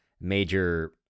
major